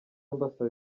mbasaba